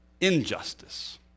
injustice